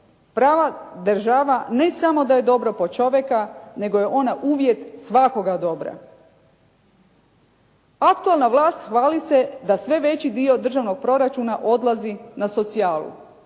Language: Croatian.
"Prava država ne samo da je dobro po čoveka, nego je ona uvijek svakoga dobra." Aktuelna vlast hvali se da sve veći dio državnog proračuna odlazi na socijalu.